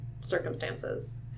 circumstances